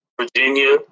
Virginia